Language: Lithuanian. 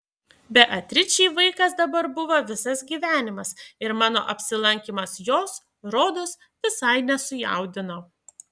beatričei vaikas dabar buvo visas gyvenimas ir mano apsilankymas jos rodos visai nesujaudino